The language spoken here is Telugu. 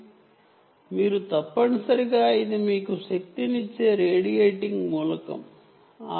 కాబట్టి మీరు తప్పనిసరిగా ఇది మీకు శక్తినిచ్చే రేడియేటింగ్ మూలకం దీనికి మీరు శక్తిని ఇవ్వాలి